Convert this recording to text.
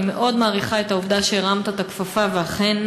אני מאוד מעריכה את העובדה שהרמת את הכפפה ואכן